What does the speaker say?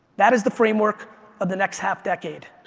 that is the framework of the next half decade.